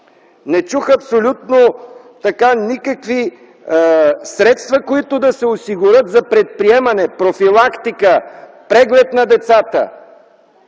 Не чух за абсолютно никакви средства, които да се осигурят за предприемане профилактика, преглед на децата.